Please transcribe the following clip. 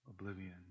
oblivion